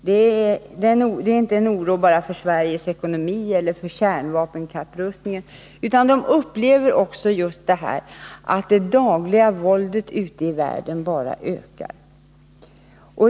De hyser oro inte bara för Sveriges ekonomi eller för kärnvapenkapprustningen utan också för just detta, att de upplever att det dagliga våldet ute i världen bara ökar.